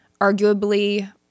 arguably